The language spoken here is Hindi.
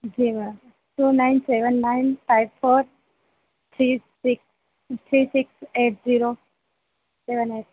ji ma'am two nine seven nine five four three six three six eight zero seven eight